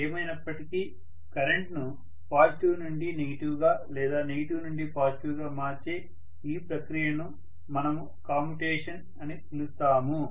ఏమైనప్పటికీ కరెంట్ను పాజిటివ్ నుండి నెగెటివ్గా లేదా నెగటివ్ నుండి పాజిటివ్గా మార్చే ఈ ప్రక్రియను మనము కమ్యుటేషన్ అని పిలుస్తాము